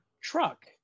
truck